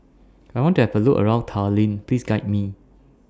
I want to Have A Look around Tallinn Please Guide Me